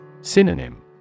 Synonym